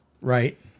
right